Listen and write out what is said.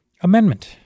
Amendment